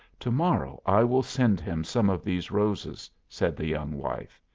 to-morrow i will send him some of these roses, said the young wife.